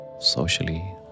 socially